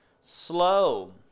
slow